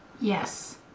Yes